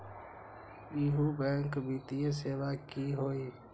इहु बैंक वित्तीय सेवा की होई?